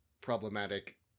problematic